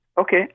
Okay